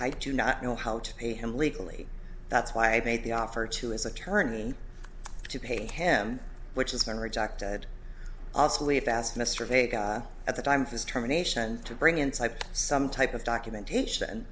i do not know how to pay him legally that's why i made the offer to his attorney to pay him which has been rejected obsolete fast mr vega at the time of his terminations to bring in type some type of documentation